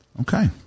Okay